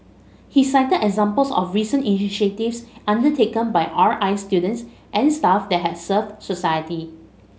he cited examples of recent initiatives undertaken by R I students and staff that have served society